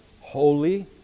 holy